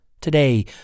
Today